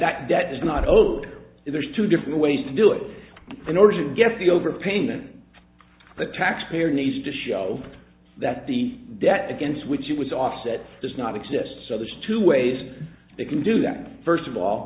that that debt is not old if there's two different ways to do it in order to get the overpayment the taxpayer needs to show that the debt against which it was offset does not exist so there's two ways they can do that first of all